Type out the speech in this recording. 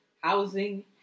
housing